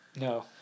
No